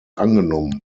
angenommen